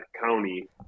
county